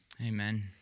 Amen